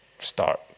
start